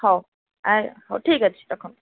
ହଉ ଆ ହଉ ଠିକ୍ ଅଛି ରଖନ୍ତୁ